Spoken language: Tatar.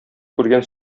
күргән